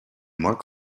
mark